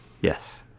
yes